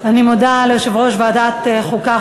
אני מודה ליושב-ראש ועדת החוקה,